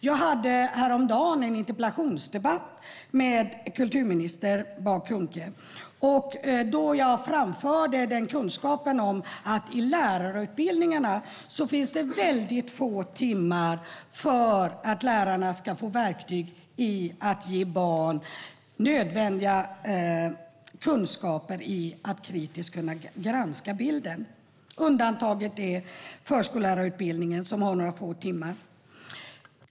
Häromdagen hade jag en interpellationsdebatt med kulturminister Bah Kuhnke om detta. Då framförde jag att det i lärarutbildningarna finns väldigt få timmar avsatta för att lärarna ska få verktyg för att ge barn nödvändiga kunskaper i att kritiskt kunna granska bilden. Undantaget är förskollärarutbildningen som har några få timmar.